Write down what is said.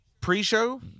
pre-show